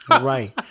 Right